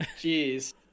Jeez